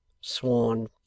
Sworn